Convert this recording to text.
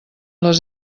les